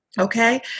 Okay